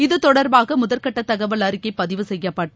இத்தொடர்பாக முதற்கட்ட தகவல் அறிக்கை பதிவு செய்யப்பட்டு